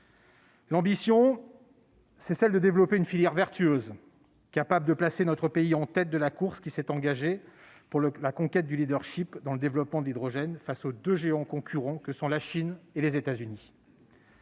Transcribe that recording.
L'ambition, c'est celle de développer une filière vertueuse, capable de placer notre pays en tête de la course qui s'est engagée pour la conquête du leadership dans le développement de l'hydrogène, face aux deux géants concurrents : la Chine et les États-Unis.